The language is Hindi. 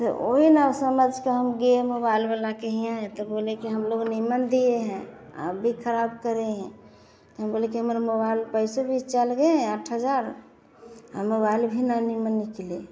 त ओही न समझ के हम गे मोबाईल वाला के हिया त बोला कि हम लोग निमन दिए हैं आप भी खराब करे हैं हम बोले कि हमारे मोबाईल के पैसे भी चल गे आठ हजार और मोबाइल भी न निमन निकले